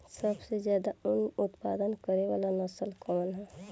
सबसे ज्यादा उन उत्पादन करे वाला नस्ल कवन ह?